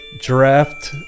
draft